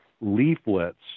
leaflets